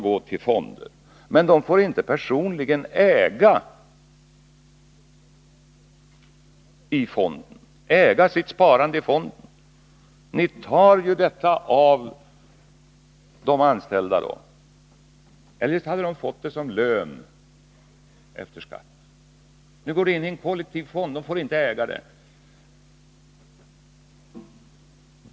Men löntagarna får inte personligen äga sitt sparande i fonderna. Ni tar från de anställda pengar som de eljest hade fått som lön efter skatt. Nu går pengarna till kollektiva fonder, och löntagarna får inte äga dem.